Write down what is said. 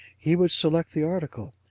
he would select the article.